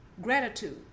gratitude